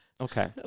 Okay